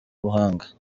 buhanga